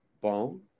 Bone